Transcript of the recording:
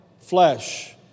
Flesh